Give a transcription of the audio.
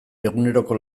eguneroko